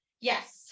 yes